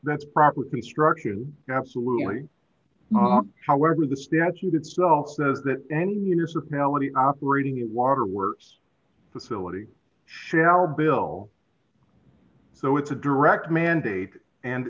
that's proper construction absolutely however the statute itself that any municipality operating in waterworks facility shall bill so it's a direct mandate and